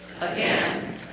Again